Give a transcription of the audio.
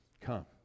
come